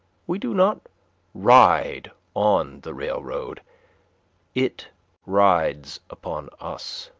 we do not ride on the railroad it rides upon us.